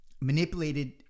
manipulated